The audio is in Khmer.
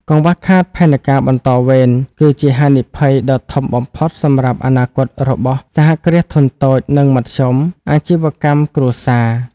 កង្វះខាតផែនការបន្តវេន គឺជាហានិភ័យដ៏ធំបំផុតសម្រាប់អនាគតរបស់ សហគ្រាសធុនតូច និងមធ្យម អាជីវកម្មគ្រួសារ។